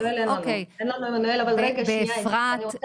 באפרת.